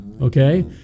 Okay